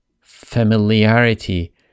familiarity